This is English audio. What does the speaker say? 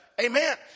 Amen